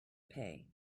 pay